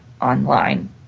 online